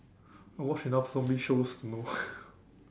I watch enough zombie shows to know